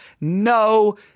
no